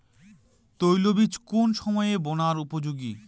তৈলবীজ কোন সময়ে বোনার উপযোগী?